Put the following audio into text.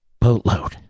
boatload